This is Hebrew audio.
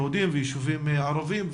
ישובים יהודים וישובים ערבים,